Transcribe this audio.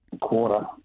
quarter